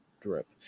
drip